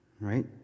right